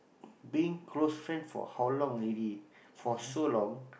been close friend for how long already for so long